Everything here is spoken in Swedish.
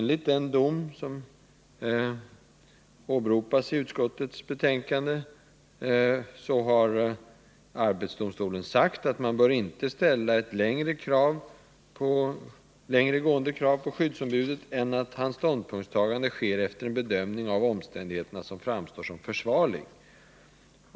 Enligt de domar som åberopas i 185 utskottets betänkande har arbetsdomstolen sagt att man inte bör ställa ett längre gående krav på skyddsombudet ”än att hans ståndpunktstagande sker efter en bedömning av omständigheterna som framstår som försvarlig.